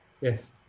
Yes